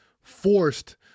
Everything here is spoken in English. forced